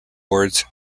word